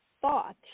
thought